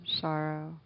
sorrow